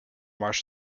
march